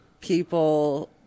people